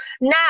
now